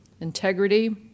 integrity